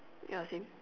ya same